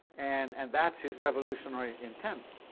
and and that's his revolutionary intent.